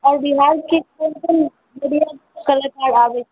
आओर बिहारके कोन कोन बढ़िआँ कलाकार आबै छै